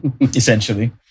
Essentially